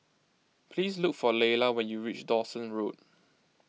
please look for Lela when you reach Dawson Road